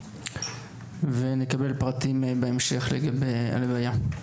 ונקבל פרטים בהמשך לגבי הלוויה.